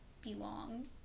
belong